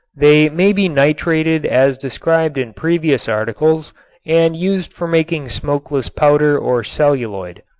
they may be nitrated as described in previous articles and used for making smokeless powder or celluloid.